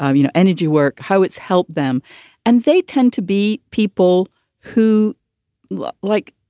um you know, energy work, how it's helped them and they tend to be people who look like,